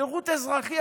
שירות אזרחי,